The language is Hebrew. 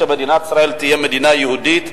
אם אנחנו רוצים שמדינת ישראל תהיה מדינה יהודית,